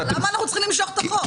למה אנחנו צריכים למשוך את החוק?